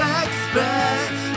expect